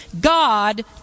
God